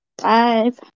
Five